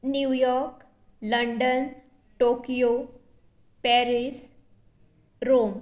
new York London Tokyo Paris Rome